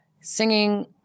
singing